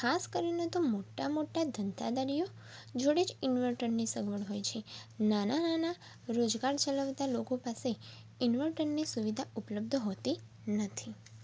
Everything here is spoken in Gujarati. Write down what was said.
ખાસ કરીને તો મોટા મોટા ધંધાદારીઓ જોડે જ ઇન્વર્ટરની સગવડ હોય છે નાના નાના રોજગાર ચલાવતા લોકો પાસે ઇન્વર્ટરની સુવિધા ઉપલબ્ધ હોતી નથી